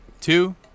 two